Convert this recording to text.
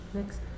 Next